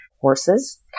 horses